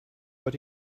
but